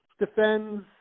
Defends